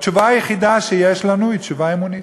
התשובה היחידה שיש לנו היא תשובה אמונית,